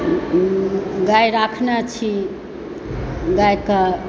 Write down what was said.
गै राखने छी गैकऽ